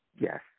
yes